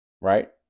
right